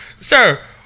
sir